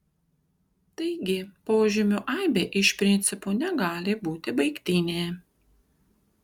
taigi požymių aibė iš principo negali būti baigtinė